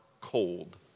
cold